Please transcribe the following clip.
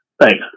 Thanks